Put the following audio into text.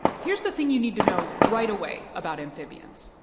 here's the thing you need to know right away about amphibians.